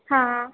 हां